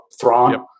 thrawn